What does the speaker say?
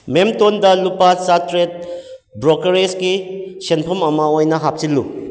ꯃꯦꯝꯇꯣꯟꯗ ꯂꯨꯄꯥ ꯆꯥꯇ꯭ꯔꯦꯠ ꯕ꯭ꯔꯣꯀꯔꯦꯁꯀꯤ ꯁꯦꯟꯐꯝ ꯑꯃ ꯑꯣꯏꯅ ꯍꯥꯞꯆꯤꯜꯂꯨ